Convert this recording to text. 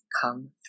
come